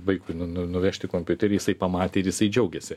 vaikui nu nu nuvežti kompiuterį jisai pamatė ir jisai džiaugėsi